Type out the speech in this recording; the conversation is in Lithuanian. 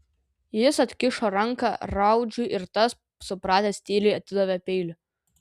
jis atkišo ranką raudžiui ir tas supratęs tyliai atidavė peilį